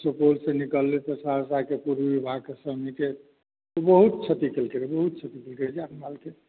सुपौलसँ निकललै तऽ सहरसाके पूर्वी इलाकाके भूमिके बहुत क्षति कयलकै रऽ बहुत क्षति कयलकै जान मालके